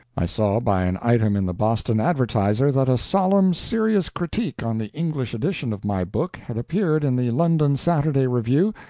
i saw by an item in the boston advertiser that a solemn, serious critique on the english edition of my book had appeared in the london saturday review,